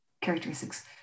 characteristics